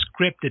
scripted